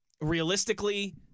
realistically